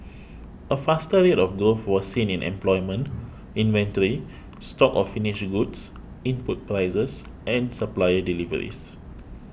a faster rate of growth was seen in employment inventory stocks of finished goods input prices and supplier deliveries